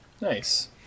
Nice